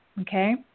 okay